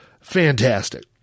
fantastic